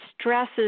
stresses